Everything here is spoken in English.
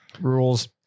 Rules